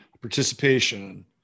participation